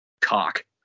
Cock